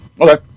Okay